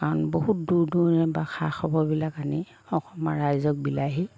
কাৰণ বহুত দূৰ দূৰণি পা খা খবৰবিলাক আনি অসমৰ ৰাইজক বিলাইহি